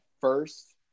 first